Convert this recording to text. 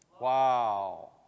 Wow